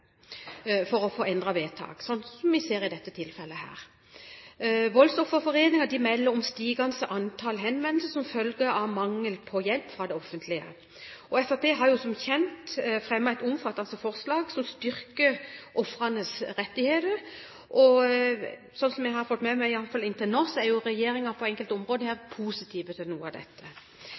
for å få endret vedtak, som vi ser i dette tilfellet. Landsforeningen for Voldsofre melder om stigende antall henvendelser som følge av mangel på hjelp fra det offentlige. Fremskrittspartiet har som kjent fremmet et omfattende forslag som styrker ofrenes rettigheter. Som jeg har fått med meg – i hvert fall inntil nå – er regjeringen på enkelte områder positiv til noe av dette.